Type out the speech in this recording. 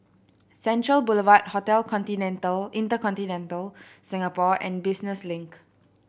Central Boulevard Hotel Continental InterContinental Singapore and Business Link